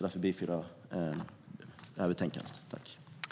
Därför yrkar jag bifall till utskottets förslag i betänkandet.